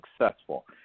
successful